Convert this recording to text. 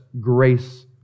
grace